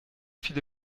viele